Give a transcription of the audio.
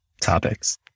topics